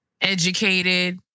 educated